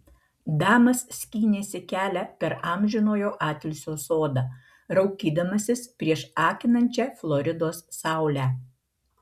damas skynėsi kelią per amžinojo atilsio sodą raukydamasis prieš akinančią floridos saulę